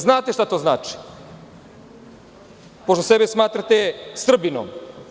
Znate li šta to znači, pošto sebe smatrate Srbinom?